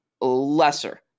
lesser